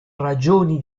ragioni